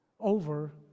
over